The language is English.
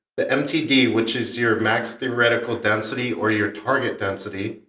ah mtd which is your max theoretical density or your target density,